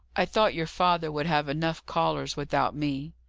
i thought your father would have enough callers, without me.